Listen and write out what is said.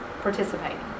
participating